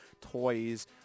toys